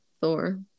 Thor